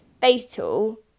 fatal